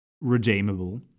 redeemable